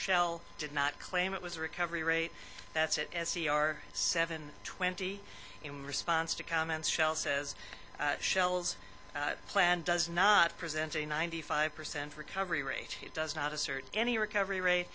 shell did not claim it was a recovery rate that's at s c r seven twenty in response to comments shell says shells plan does not present a ninety five percent recovery rate it does not assert any recovery rate